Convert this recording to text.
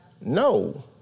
No